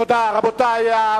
תודה, רבותי.